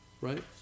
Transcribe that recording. Right